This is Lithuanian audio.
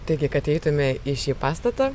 taigi kad įeitume į šį pastatą